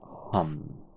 hum